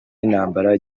y’intambara